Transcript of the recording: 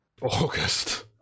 August